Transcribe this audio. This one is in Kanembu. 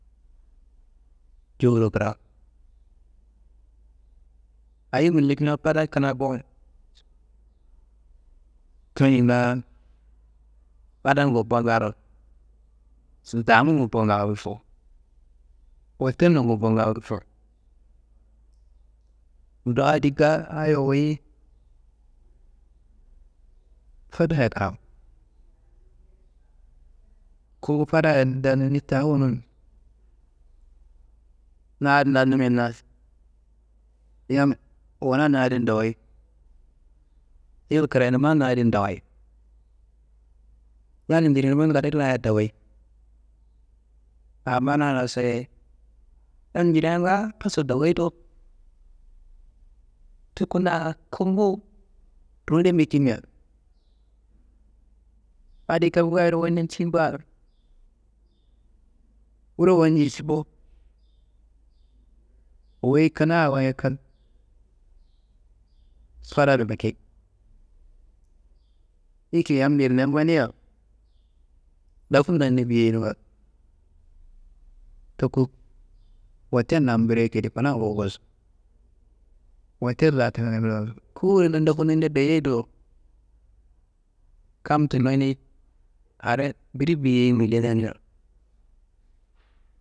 Jowuro kina ayi gulimia fada kina gonum kayi la fadangu koangaro sitangu koaungaroso. Hotellonun gumbunga gufo, ndo adi ngaayo wuyi fadaya kiraku, kumbu fadaya nda ni ta wunu, na adin nannumia gayi, yam wura na adin dowuyi, yal kirayinumma na adin dawuyi, yal njirnumma ngede la doyuyi, abbana laso ye yal njirea ngaaso dowuyi do, tuku na kumbu ruwuni bikimea. Adi kam ngaayoro walcin ba, wuro walcisi bo, wuyi kina wayi kal, fararo biki yiki yan njirnia mania ndoku nanne biyei nuwa. Tuku hottelan biri ekidi kina wu gosu hottellan kuwuren nanne ndoku dayei do, kam tullo ni are biri biyeyi gulena niro.